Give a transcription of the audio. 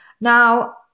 Now